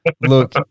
Look